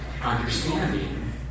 understanding